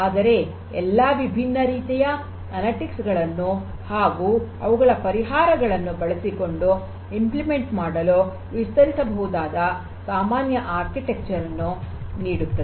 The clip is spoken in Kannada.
ಆದರೆ ಎಲ್ಲಾ ವಿಭಿನ್ನ ರೀತಿಯ ಅನಲಿಟಿಕ್ಸ್ ಗಳನ್ನು ಹಾಗೂ ಅವುಗಳ ಪರಿಹಾರಗಳನ್ನು ಬಳಸಿಕೊಂಡು ಅನುಷ್ಠಾನ ಮಾಡಲು ವಿಸ್ತರಿಸಬಹುದಾದ ಸಾಮಾನ್ಯ ವಾಸ್ತುಶಿಲ್ಪವನ್ನು ನೀಡುತ್ತದೆ